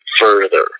further